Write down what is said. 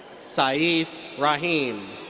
saif rahim.